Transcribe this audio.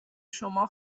شما